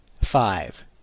five